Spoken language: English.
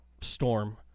storm